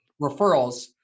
referrals